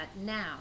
now